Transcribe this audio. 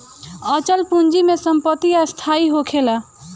अचल पूंजी में संपत्ति स्थाई होखेला